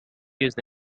used